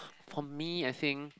for me I think